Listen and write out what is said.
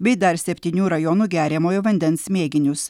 bei dar septynių rajonų geriamojo vandens mėginius